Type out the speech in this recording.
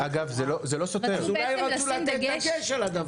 אז אולי רצו לתת דגש על הדבר.